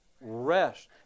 rest